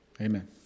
Amen